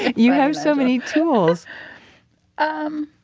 you have so many tools um,